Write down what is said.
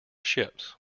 ships